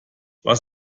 was